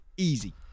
Easy